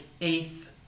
eighth